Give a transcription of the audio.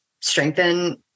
strengthen